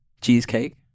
cheesecake